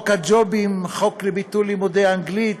חוק הג'ובים, החוק לביטול לימודי אנגלית,